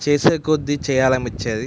చేసేకొద్ది చెయ్యాలనిపించేది